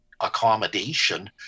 accommodation